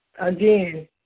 Again